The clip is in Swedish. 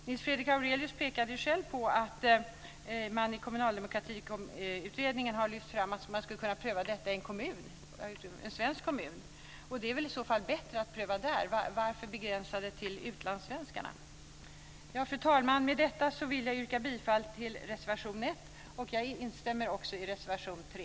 Nils Fredrik Aurelius pekade själv på att man i Kommunaldemokratiutredningen har lyft fram att man skulle kunna pröva detta i en svensk kommun. Det är väl i så fall bättre att pröva där. Varför begränsa det till utlandssvenskarna? Fru talman! Med detta vill jag yrka bifall till reservation 1. Jag instämmer också i reservation 3.